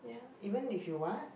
even if you want